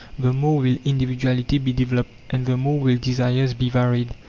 the more will individuality be developed, and the more will desires be varied.